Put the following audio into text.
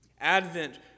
Advent